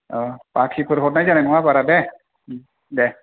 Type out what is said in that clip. औ बाखिफोर हरनाय जानाय नङा बारा दे दे